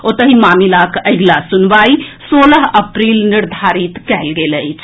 ओतहि मामिलाक अगिला सुनवाई सोलह अप्रील निर्धारित कएल गेल अछि